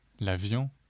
l'avion